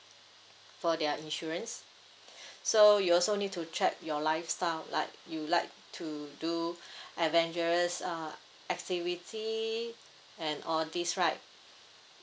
for their insurance so you also need to check your lifestyle like you like to do adventurous uh activity and all these right